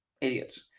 idiots